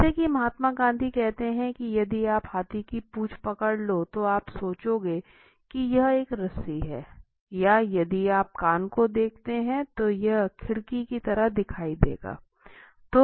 जैसा कि महात्मा गांधी कहते हैं कि यदि आप हाथी की पूंछ पकड़ते हैं तो आप सोचेंगे कि यह एक रस्सी है या यदि आप कान को देखते हैं तो यह खिड़की की तरह दिखाई देगा